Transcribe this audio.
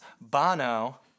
Bono